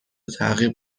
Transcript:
تعقیب